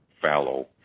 fallow